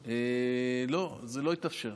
לא, זה לא יתאפשר.